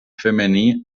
femení